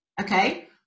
okay